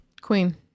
queen